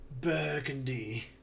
burgundy